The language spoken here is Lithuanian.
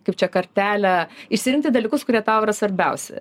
kaip čia kartelę išsirinkti dalykus kurie tau yra svarbiausi